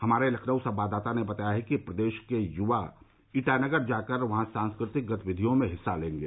हमारे लखनऊ संवाददाता ने बताया है कि प्रदेश के युवा ईटानगर जाकर वहां सांस्कृतिक गतिविधियों में हिस्सा लेंगे